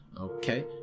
Okay